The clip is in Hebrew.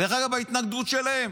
דרך אגב, את ההתנגדות שלהם,